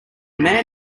man